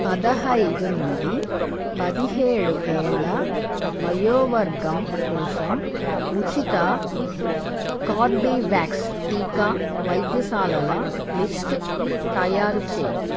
పదహైదు నుండి పదిహేడు ఏళ్ల వయోవర్గం కోసం ఉచిత కోర్బేవాక్స్ టీకా వైద్యశాలల లిస్టు తయారు చేయి